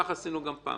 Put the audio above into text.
כך עשינו גם פעם.